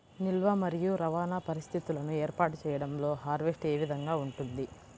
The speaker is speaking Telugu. నిల్వ మరియు రవాణా పరిస్థితులను ఏర్పాటు చేయడంలో హార్వెస్ట్ ఏ విధముగా ఉంటుంది?